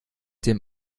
dem